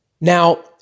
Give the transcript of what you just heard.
Now